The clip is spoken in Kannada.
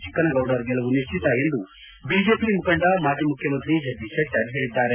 ಚಿಕ್ಕನಗೌಡರ್ ಗೆಲುವು ನಿಶ್ಲಿತ ಎಂದು ಬಿಜೆಪಿ ಮುಖಂಡ ಮಾಜಿ ಮುಖ್ಯಮಂತ್ರಿ ಜಗದೀಶ್ ಶೆಟ್ಷರ್ ಹೇಳಿದ್ದಾರೆ